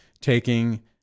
taking